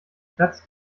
platz